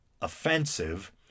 offensive